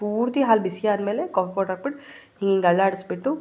ಪೂರ್ತಿ ಹಾಲು ಬಿಸಿ ಆದಮೇಲೆ ಕಾಫಿ ಪೌಡ್ರ್ ಹಾಕ್ಬಿಟ್ಟು ಹೀಗ್ ಅಲ್ಲಾಡಿಸ್ಬಿಟ್ಟು